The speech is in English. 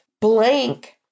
Blank